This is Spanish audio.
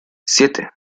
siete